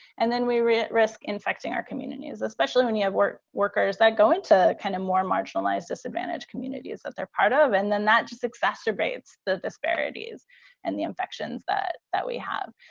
and then we risk risk infecting our communities, especially when you have workers workers that go into kind of more marginalized, disadvantaged communities that they're part of. and then that just exacerbates the disparities and the infections that that we have.